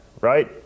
right